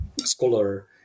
scholar